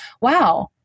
wow